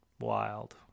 wild